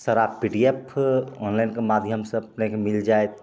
सारा P D F ऑनलाइनके माध्यमसे अपनेके मिलि जाएत